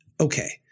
Okay